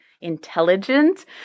intelligent